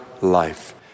life